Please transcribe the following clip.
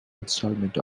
installment